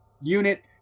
unit